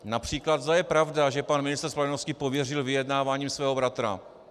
Například zda je pravda, že pan ministr spravedlnosti pověřil vyjednáváním svého bratra.